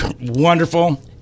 wonderful